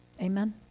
Amen